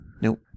Nope